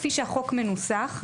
כפי שהחוק מנוסח,